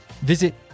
visit